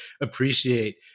appreciate